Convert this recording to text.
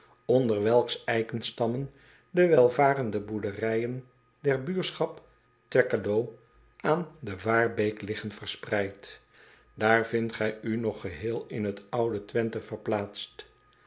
onder welks eikenstammen de welvarende boerderijen der buurschap weckelo aan de aarbeek liggen verspreid aar vindt gij u nog geheel in het oude wenthe verplaatst